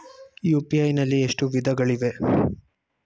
UPI ನಲ್ಲಿ ಎಷ್ಟು ವಿಧಗಳಿವೆ?